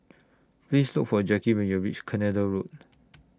Please Look For Jacki when YOU REACH Canada Road